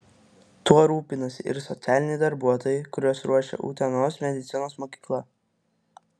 tuo rūpinasi ir socialiniai darbuotojai kuriuos ruošia utenos medicinos mokykla